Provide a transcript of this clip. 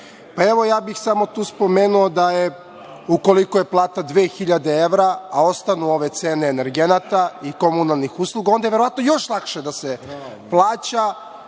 bolji. Evo, ja bih samo tu spomenuo da je ukoliko je plata 2.000 evra, a ostanu ove cene energenata i komunalnih usluga, onda je verovatno još lakše da se plaća,